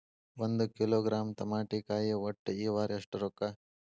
ಒಂದ್ ಕಿಲೋಗ್ರಾಂ ತಮಾಟಿಕಾಯಿ ಒಟ್ಟ ಈ ವಾರ ಎಷ್ಟ ರೊಕ್ಕಾ?